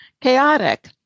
chaotic